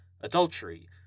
adultery